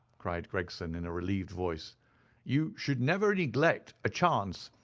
cried gregson, in a relieved voice you should never neglect a chance,